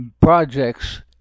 projects